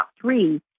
three